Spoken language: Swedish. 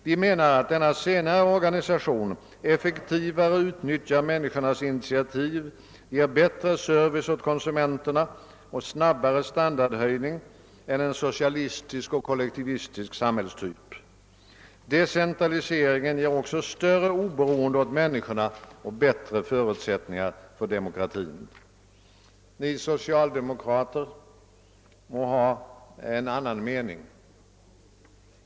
Vi menar, att denna senare organisation effektivare utnyttjar människornas initiativ, ger bättre service åt konsumenterna och snabbare standardhöjning än en socialistisk och kollektivistisk samhällstyp. Decentraliseringen ger också större oberoende åt människorna och bättre förutsättningar för demokratin. Ni socialdemokrater må ha en annan mening.